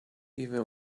even